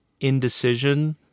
Indecision